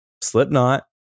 slipknot